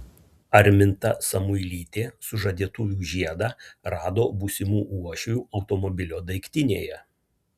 arminta samuilytė sužadėtuvių žiedą rado būsimų uošvių automobilio daiktinėje